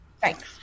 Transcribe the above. Thanks